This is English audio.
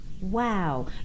Wow